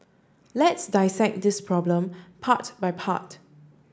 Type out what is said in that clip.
let's dissect this problem part by part